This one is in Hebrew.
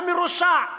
המרושע,